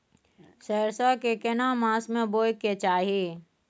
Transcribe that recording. सरसो के केना मास में बोय के चाही?